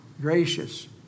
gracious